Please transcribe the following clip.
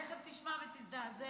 תכף תשמע ותזדעזע.